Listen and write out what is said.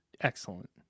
excellent